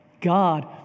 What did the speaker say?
God